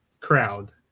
crowd